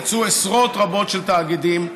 יצאו עשרות רבות של תאגידים,